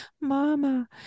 mama